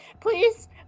Please